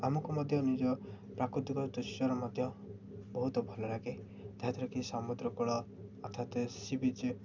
ଆମକୁ ମଧ୍ୟ ନିଜ ପ୍ରାକୃତିକ ଦୃଶ୍ୟର ମଧ୍ୟ ବହୁତ ଭଲ ଲାଗେ ଯାହା ଦ୍ୱାରା କି ସମୁଦ୍ରକୂଳ ଅର୍ଥାତ ସି ବିଚ୍